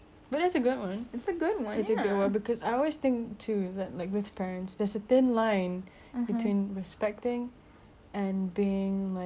to like with parents there's a thin line between respecting and being like I wouldn't say rude but like somewhat disrespectful